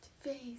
face